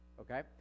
okay